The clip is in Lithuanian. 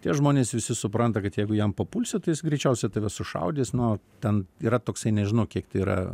tie žmonės visi supranta kad jeigu jam papulsi tai jis greičiausia tave sušaudys nu ten yra toksai nežinau kiek tai yra